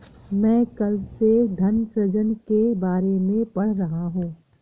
मैं कल से धन सृजन के बारे में पढ़ रहा हूँ